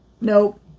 nope